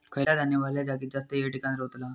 खयला धान्य वल्या जागेत जास्त येळ टिकान रवतला?